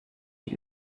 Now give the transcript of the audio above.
die